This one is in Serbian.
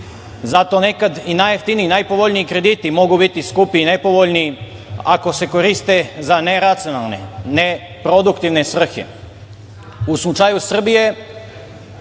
Zato nekad i najjeftiniji, najpovoljniji krediti mogu biti skupi i nepovoljni ako se koriste za neracionalne, neproduktivne svrhe. U slučaju Srbije